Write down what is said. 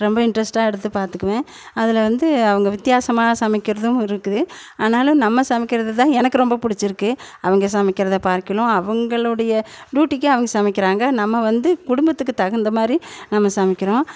ரொம்ப இன்ட்ரெஸ்ட்டாக எடுத்து பார்த்துக்குவேன் அதில் வந்து அவங்க வித்தியாசமாக சமைக்கிறதும் இருக்குது ஆனாலும் நம்ம சமைக்கிறதுதான் எனக்கு ரொம்போ பிடிச்சிருக்கு அவங்க சமைக்கிறதை பார்க்கையிலும் அவங்களுடைய டூட்டிக்கு அவங்க சமைக்கிறாங்க நம்ம வந்து குடும்பத்துக்கு தகுந்த மாதிரி நம்ம சமைக்கிறோம்